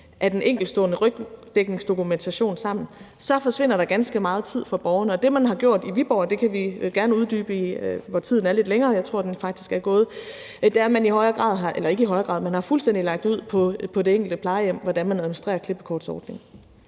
af de enkeltstående rygdækningsdokumentationer sammen, forsvinder der ganske meget tid fra borgerne. Det, man har gjort i Viborg, og det kan vi gerne uddybe, når tiden er lidt længere – jeg tror, den faktisk er gået – er, at man fuldstændig har lagt det ud til det enkelte plejehjem, hvordan de administrerer klippekortsordningen.